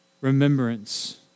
remembrance